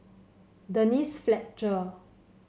Denise Fletcher